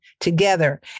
together